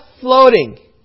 floating